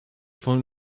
swą